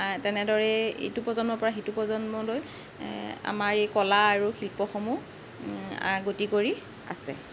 তেনেদৰেই এইটো প্ৰজন্মৰ পৰা সিটো প্ৰজন্মলৈ আমাৰ এই কলা আৰু শিল্পসমূহ গতি কৰি আছে